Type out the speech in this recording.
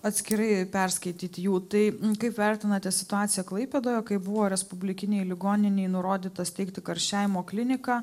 atskirai perskaityti jų tai kaip vertinate situaciją klaipėdoje kai buvo respublikinei ligoninei nurodyta steigti karščiavimo kliniką